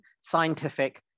scientific